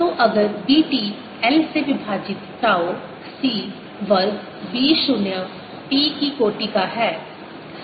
तो अगर B t l से विभाजित टाउ C वर्ग B 0 t की कोटि का है